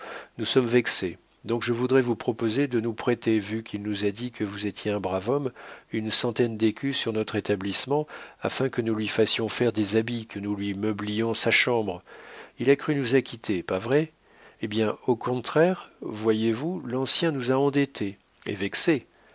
nous sommes vexés donc je voudrais vous proposer de nous prêter vu qu'il nous a dit que vous étiez un brave homme une centaine d'écus sur notre établissement afin que nous lui fassions faire des habits que nous lui meublions sa chambre il a cru nous acquitter pas vrai eh bien au contraire voyez-vous l'ancien nous a endettés et vexés